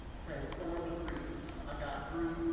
transformed grief i got through,